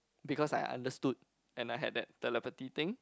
because I understood and I had that telepathy thing